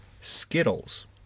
Skittles